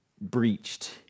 breached